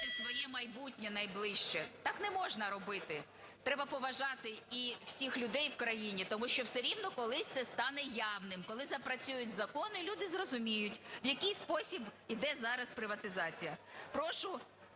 своє майбутнє найближче. Так не можна робити, треба поважати і всіх людей в країні, тому що все рівно колись це стане явним. Коли запрацюють закони, люди зрозуміють, в який спосіб йде зараз приватизація. Прошу